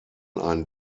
ein